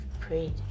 prayed